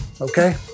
okay